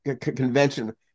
Convention